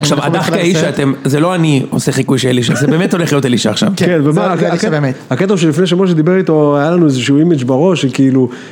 עכשיו הדחקה היא שאתם, זה לא אני עושה חיקוי של אלישע, זה באמת הולך להיות אלישע עכשיו. כן, זה באמת. הקטע שלפני שבוע שדיבר איתו היה לנו איזשהו אימג' בראש, שכאילו...